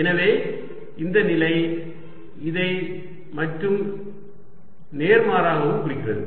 எனவே இந்த நிலை இதை மற்றும் நேர்மாறாகவும் குறிக்கிறது